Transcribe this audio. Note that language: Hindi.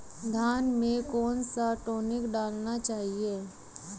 धान में कौन सा टॉनिक डालना चाहिए?